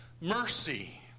mercy